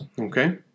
Okay